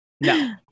No